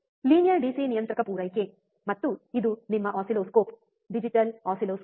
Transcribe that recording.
linear DC ನಿಯಂತ್ರಕ ಪೂರೈಕೆ ಮತ್ತು ಇದು ನಿಮ್ಮ ಆಸಿಲ್ಲೋಸ್ಕೋಪ್ ಡಿಜಿಟಲ್ ಆಸಿಲ್ಲೋಸ್ಕೋಪ್